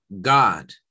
God